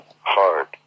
hard